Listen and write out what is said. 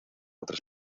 otras